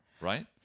right